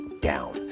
down